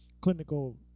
clinical